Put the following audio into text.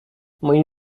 moim